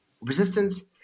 resistance